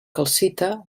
calcita